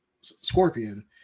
Scorpion